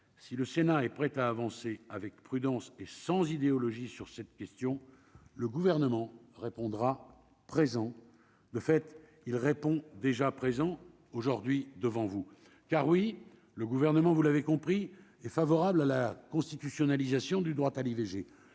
si le Sénat est prête à avancer avec prudence et sans idéologie sur cette question, le gouvernement répondra présent, de fait, il répond déjà présents aujourd'hui devant vous, car oui, le gouvernement vous l'avez compris, est favorable à la constitutionnalisation du droit à l'IVG,